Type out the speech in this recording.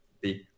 big